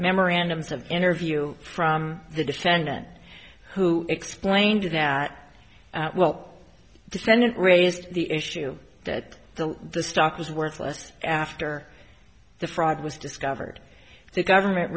memorandums of interview from the defendant who explained that well defendant raised the issue that the stock was worthless after the fraud was discovered the government